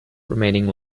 remaining